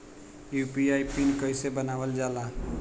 UPI PIN कइसे बनावल जाला?